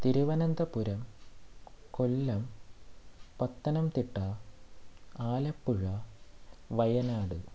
Thiruvananthapuram Kollam Pathanamthitta Alappuzha Wayanad